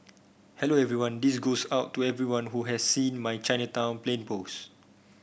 hello everyone this goes out to everyone who has seen my Chinatown plane post